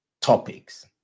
topics